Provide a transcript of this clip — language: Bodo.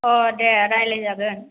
अह दे रायलायजागोन